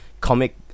comic